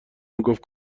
میگفت